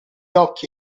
occhi